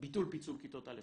ביטול פיצול כיתות א'-ב',